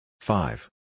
Five